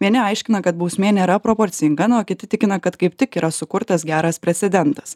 vieni aiškina kad bausmė nėra proporcinga na o kiti tikina kad kaip tik yra sukurtas geras precedentas